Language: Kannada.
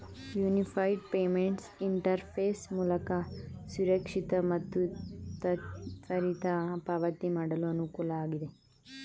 ಯೂನಿಫೈಡ್ ಪೇಮೆಂಟ್ಸ್ ಇಂಟರ್ ಫೇಸ್ ಮೂಲಕ ಸುರಕ್ಷಿತ ಮತ್ತು ತ್ವರಿತ ಪಾವತಿ ಮಾಡಲು ಅನುಕೂಲ ಆಗಿದೆ